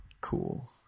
cool